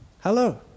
hello